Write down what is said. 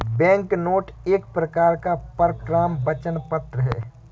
banknote एक प्रकार का परक्राम्य वचन पत्र है